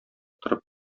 торып